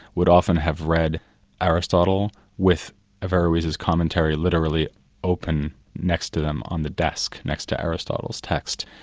would often have read aristotle with averroes's commentary literally open next to them on the desk, next to aristotle's text.